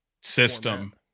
system